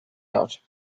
out